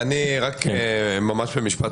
אני רק ממש במשפט.